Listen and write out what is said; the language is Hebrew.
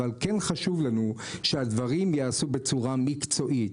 אבל כן חשוב לנו שהדברים ייעשו בצורה מקצועית,